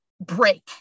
break